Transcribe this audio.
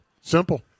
Simple